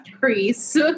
crease